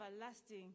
everlasting